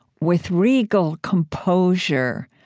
with regal composure,